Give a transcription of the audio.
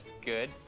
good